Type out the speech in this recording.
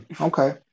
Okay